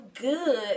good